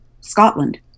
Scotland